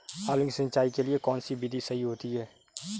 आलू की सिंचाई के लिए कौन सी विधि सही होती है?